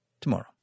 tomorrow